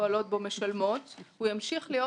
שפועלות בו משלמות הוא ימשיך להיות